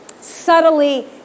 subtly